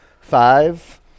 Five